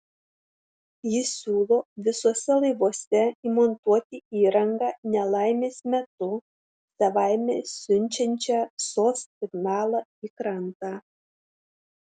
jis siūlo visuose laivuose įmontuoti įrangą nelaimės metu savaime siunčiančią sos signalą į krantą